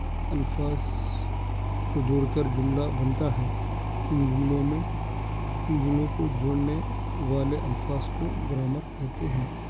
الفاظ کو جوڑ کر جملہ بنتا ہے اِن جملوں میں اِن جملوں کو جوڑنے والے الفاظ کو گرامر کہتے ہیں